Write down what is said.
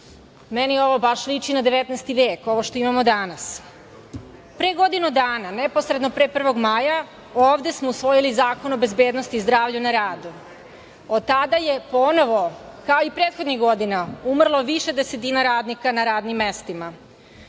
Meni ovo baš liči na 19. vek, ovo što imamo danas. Pre godinu dana, neposredno pre 1. maja, ovde smo usvojili Zakon o bezbednosti i zdravlju na radu. Od tada je ponovo, kao i prethodnih godina, umrlo više desetina radnika na radnim mestima.